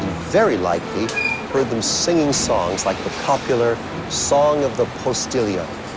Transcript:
very likely heard them singing songs like the popular song of the postillion.